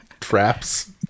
traps